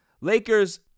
Lakers